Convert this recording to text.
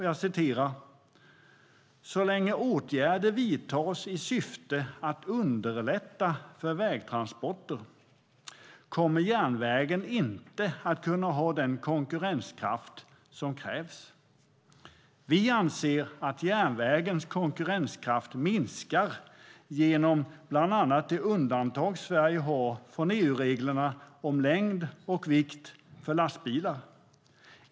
Jag citerar: "Men så länge åtgärder vidtas i syfte att underlätta för vägtransporter kommer järnvägen inte att kunna ha den konkurrenskraft som krävs. Vi anser att järnvägens konkurrenskraft minskar genom bl.a. det undantag Sverige har från EU-reglerna om längd och vikt för lastbilar.